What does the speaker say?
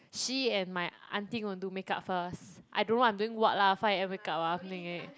she and my aunty going to do makeup first I don't know I'm doing what lah five am wake up ah